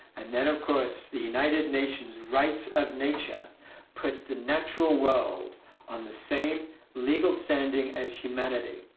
and then, of course, the united nations rights of nature puts the natural world on the same legal standing as humanity.